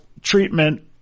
treatment